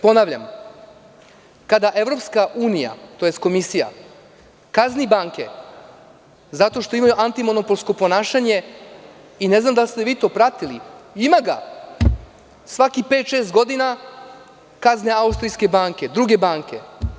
Ponavljam, kada EU, tj. komisija kazni banke zato što imaju antimonopolsko ponašanje i ne znam da li ste to vi pratili, ima ga svakih pet, šest godina, kazne austrijske banke druge banke.